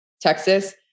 Texas